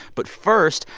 but first,